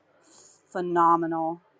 phenomenal